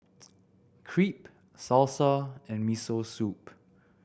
Crepe Salsa and Miso Soup